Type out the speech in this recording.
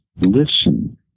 listen